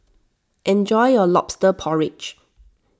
enjoy your Lobster Porridge